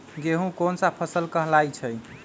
गेहूँ कोन सा फसल कहलाई छई?